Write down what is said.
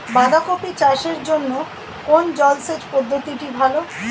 বাঁধাকপি চাষের জন্য কোন জলসেচ পদ্ধতিটি ভালো?